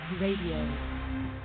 Radio